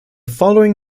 following